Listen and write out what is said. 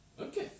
Okay